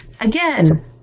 again